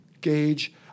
gauge